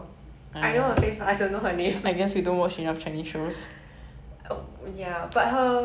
I don't know she doesn't look okay lah she could be a mulan cause she can